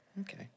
Okay